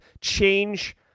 change